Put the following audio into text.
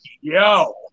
yo